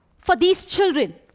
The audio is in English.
for these children,